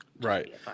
right